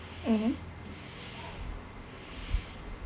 mmhmm